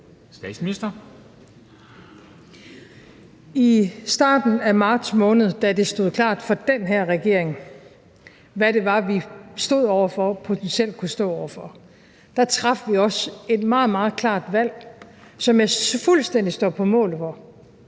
I starten af marts måned, da det stod klart for den her regering, hvad det var, vi stod over for og potentielt kunne stå over for, traf vi også et meget, meget klart valg, som jeg fuldstændig står på mål for,